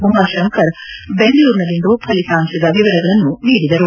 ಉಮಾಶಂಕರ್ ಬೆಂಗಳೂರಿನಲ್ಲಿಂದು ಫಲಿತಾಂಶದ ವಿವರಗಳನ್ನು ನೀಡಿದರು